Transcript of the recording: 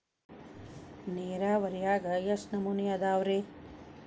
ನೇರಾವರಿಯಾಗ ಎಷ್ಟ ನಮೂನಿ ಅದಾವ್ರೇ?